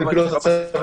זה חלק מפעילות הצבא.